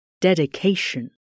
dedication